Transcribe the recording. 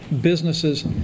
businesses